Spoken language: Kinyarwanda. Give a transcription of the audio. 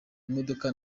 imodoka